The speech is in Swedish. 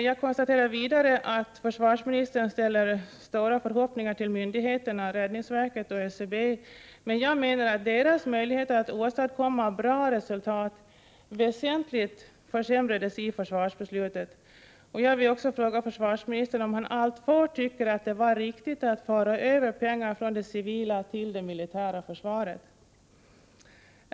Jag konstaterar vidare att försvarsministern ställer stora förhoppningar till myndigheterna, räddningsverket och ÖCB. Men jag menar att deras möjligheter att åstadkomma bra resultat väsentligt försämrades i försvarsbeslutet. Jag vill också fråga försvarsministern om han alltfort tycker att det var riktigt att föra över pengar från det civila till det militära försvaret.